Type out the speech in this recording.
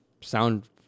sound